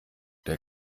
der